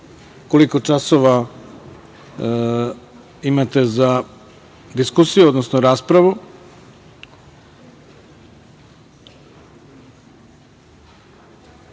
koliko časova imate za diskusiju, odnosno raspravu. Molim